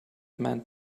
meant